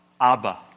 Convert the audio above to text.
Abba